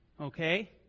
okay